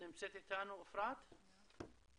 בוקר טוב לכולם, שלום.